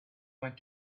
went